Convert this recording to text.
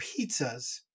pizzas